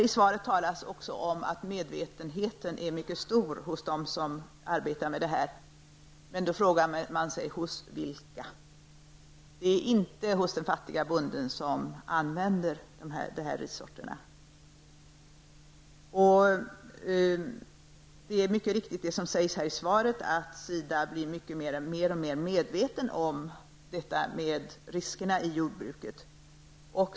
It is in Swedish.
I svaret står det också att medvetenheten är mycket stor hos dem som arbetar på det här området. Men då frågar man sig: Hos vilka? Det gäller inte den fattiga bonden som använder rissorterna. Alldeles riktigt skrivs det i svaret att SIDA blir alltmer medvetet om riskerna i jordbruket.